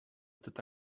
tota